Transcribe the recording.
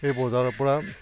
সেই বজাৰৰপৰা